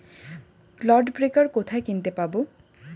Clod breaker কোথায় কিনতে পাব?